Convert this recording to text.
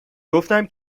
گفتم